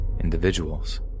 individuals